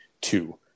two